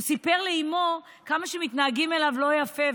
הוא סיפר לאימו כמה שמתנהגים אליו לא יפה,